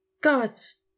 gods